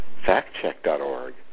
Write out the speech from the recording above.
factcheck.org